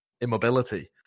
immobility